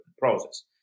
process